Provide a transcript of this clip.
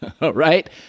right